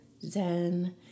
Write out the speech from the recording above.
zen